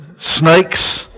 snakes